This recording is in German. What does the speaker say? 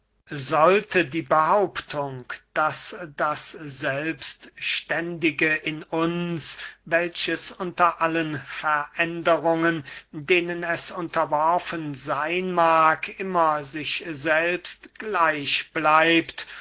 sollte die behauptung daß das selbstständige in uns welches unter allen veränderungen denen es unterworfen seyn mag immer sich selbst gleich bleibt